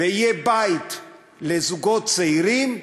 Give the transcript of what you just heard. ויהיה בית לזוגות צעירים,